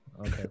Okay